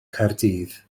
caerdydd